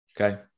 Okay